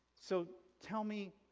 so tell me